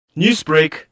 Newsbreak